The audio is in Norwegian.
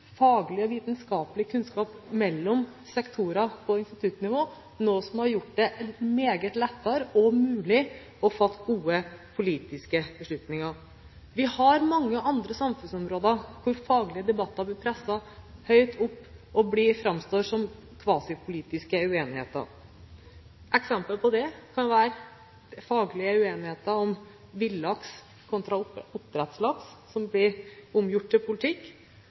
faglig og vitenskaplig kunnskap mellom sektorer på instituttnivå, noe som har gjort det mye lettere – og mulig – å få gode politiske beslutninger. Vi har mange andre samfunnsområder der faglige debatter blir presset høyt opp og framstår som kvasipolitisk uenighet. Eksempel på det kan være faglig uenighet om villaks kontra oppdrettslaks, som blir omgjort til politikk.